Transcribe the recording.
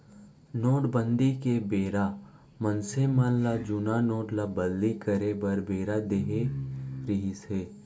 नोटबंदी के बेरा मनसे ल जुन्ना नोट ल बदली करे बर बेरा देय रिहिस हे